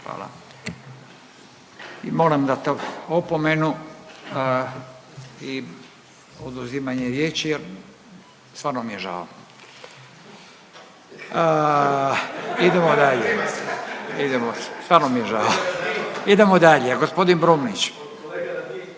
Hvala. Moram dat opomenu i oduzimanje riječi, jer stvarno mi je žao. Idemo dalje. Stvarno mi je žao. Idemo dalje. Gospodin Brumnić. **Brumnić,